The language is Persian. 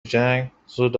جنگ، زود